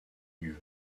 lieu